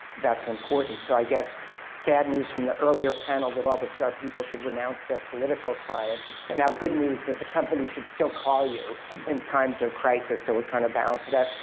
that's important. so i guess bad news from the earlier panel that all the pr people should renounce their political clients, but now good news that the company should still call you in times of crisis. so we're trying to balance it out.